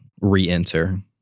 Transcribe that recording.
re-enter